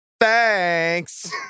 Thanks